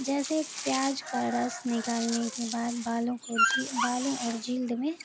جیسے پیاج کا رس نکالنے کے بعد بالوں کو ج بالوں اور جلد میں